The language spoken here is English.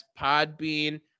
Podbean